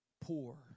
poor